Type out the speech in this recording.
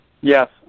Yes